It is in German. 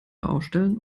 aufstellen